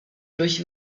durch